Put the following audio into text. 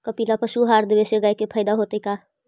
कपिला पशु आहार देवे से गाय के फायदा होतै का?